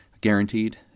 guaranteed